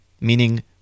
meaning